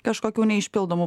kažkokių neišpildomų